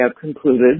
concluded